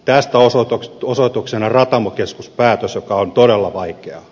tästä osoituksena on ratamo keskus päätös joka on todella vaikea